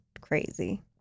crazy